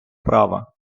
права